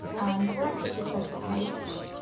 and drag this across the page,